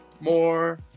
more